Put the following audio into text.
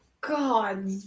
god